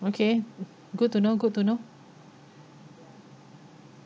okay good to know good to know